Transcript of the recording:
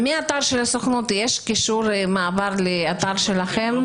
מהאתר של הסוכנות יש קישור מעבר לאתר שלכם?